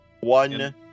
one